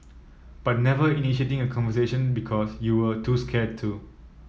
but never initiating a conversation because you were too scared to